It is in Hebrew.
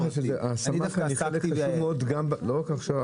רק הכשרה,